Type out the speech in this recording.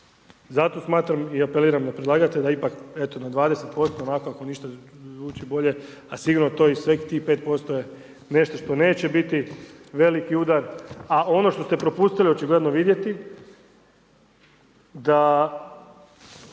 Zato smatram i apeliram na predlagatelja ipak eto na 20% onako ako ništa, zvuči bolje a sigurno to i svih tih 5% nje nešto što neće biti veliki udar a ono što ste propustili očigledno vidjeti da